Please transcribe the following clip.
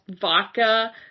vodka